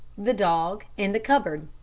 the dog in the cupboard